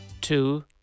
two